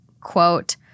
quote